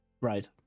Right